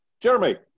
Jeremy